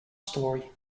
story